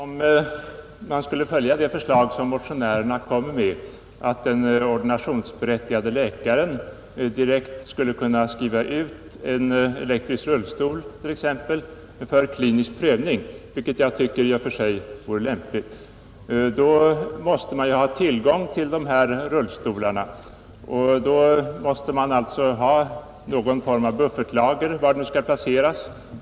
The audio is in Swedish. Herr talman! Om man skulle följa motionärernas förslag att den ordinationsberättigade läkaren direkt skulle kunna skriva ut t.ex. en elektrisk rullstol för klinisk prövning, vilket jag tycker i och för sig vore lämpligt, måste man ju ha tillgång till dessa rullstolar. Då måste man alltså ha någon form av buffertlager, var det nu skall placeras.